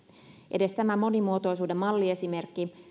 edes tämä monimuotoisuuden malliesimerkki